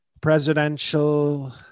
presidential